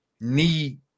need